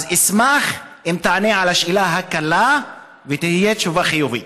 אשמח אם תענה על השאלה הקלה, ותהיה תשובה חיובית.